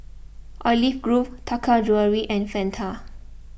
Olive Grove Taka Jewelry and Fanta